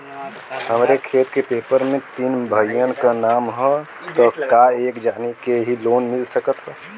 हमरे खेत के पेपर मे तीन भाइयन क नाम ह त का एक जानी के ही लोन मिल सकत ह?